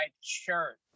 shirt